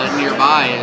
nearby